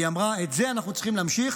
והיא אמרה: את זה אנחנו צריכים להמשיך.